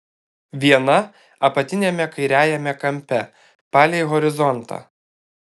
viena apatiniame kairiajame kampe palei horizontą